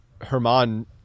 Herman